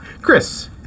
Chris